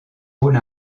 rôle